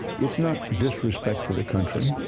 it's not disrespect for the country.